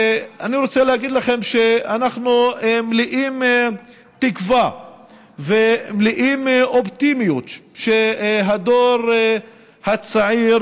ואני רוצה להגיד לכם שאנחנו מלאים תקווה ומלאים אופטימיות שהדור הצעיר